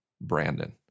Brandon